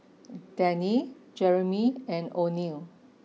Dannie Jereme and Oneal